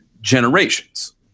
generations